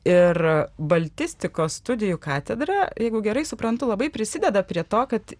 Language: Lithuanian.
ir baltistikos studijų katedra jeigu gerai suprantu labai prisideda prie to kad